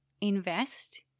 invest